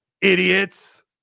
Idiots